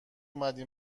اومدی